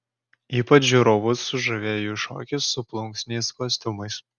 ypač žiūrovus sužavėjo jų šokis su plunksniniais kostiumais